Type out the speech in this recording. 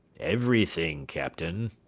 everything, captain.